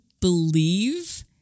believe